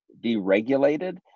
deregulated